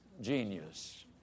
genius